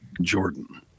Jordan